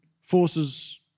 forces